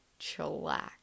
chillax